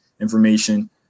information